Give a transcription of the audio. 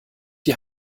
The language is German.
die